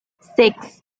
six